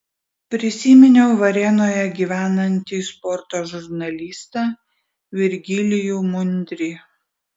prisiminiau varėnoje gyvenantį sporto žurnalistą virgilijų mundrį